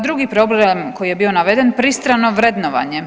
Drugi program koji je bio naveden, pristrano vrednovanje.